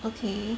okay